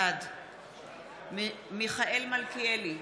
בעד מיכאל מלכיאלי,